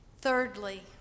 Thirdly